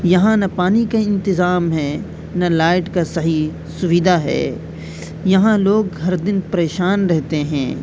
یہاں نہ پانی کا انتطام ہے نہ لائٹ کا صحیح سویدھا ہے یہاں لوگ ہر دن پریشان رہتے ہیں